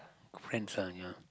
friends ah yeah